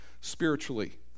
spiritually